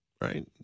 right